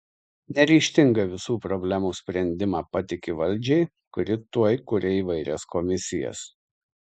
neryžtinga visų problemų sprendimą patiki valdžiai kuri tuoj kuria įvairias komisijas